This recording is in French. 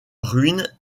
ruine